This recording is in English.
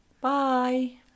Bye